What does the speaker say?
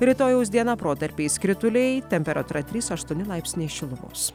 rytojaus dieną protarpiais krituliai temperatūra trys aštuoni laipsniai šilumos